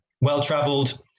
well-travelled